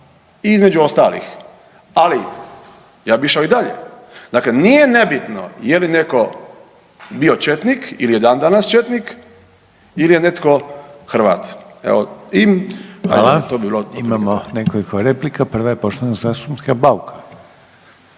između ostalih, ali ja bi išao i dalje, dakle nije nebitno je li neko bio četnik ili je dan danas četnik ili je netko Hrvat. Evo i…/Upadica: Hvala/…. **Reiner, Željko (HDZ)** Imamo nekoliko replika, prva je poštovanog zastupnika Bauka.